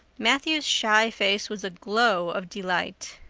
matthew's shy face was a glow of delight.